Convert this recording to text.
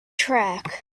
track